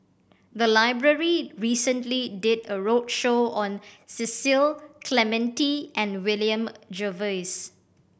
the library recently did a roadshow on Cecil Clementi and William Jervois